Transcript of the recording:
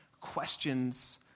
questions